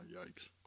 yikes